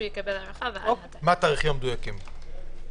מה התאריכים המדויקים?